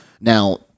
Now